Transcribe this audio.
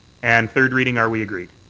and third reading are we agreed?